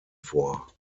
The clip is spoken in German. vor